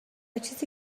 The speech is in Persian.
چیزی